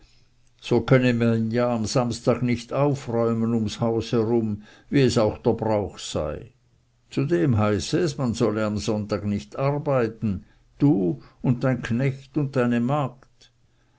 so könne man ja am samstag nicht aufräumen ums haus herum wie es auch der brauch sei zudem heiße es man solle am sonntag nicht arbeiten du und dein knecht und deine magd